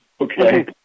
Okay